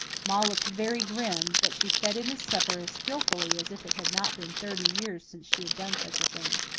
ma looked very grim, but she fed him his supper as skilfully as if it had not been thirty years since she had done such a thing.